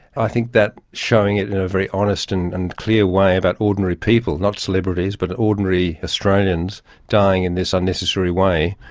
i think that showing it in a very honest and and clear way about ordinary people, not celebrities but ordinary australians dying in this unnecessary way,